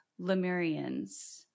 lemurians